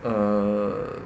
err